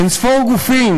אין-ספור גופים,